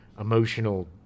emotional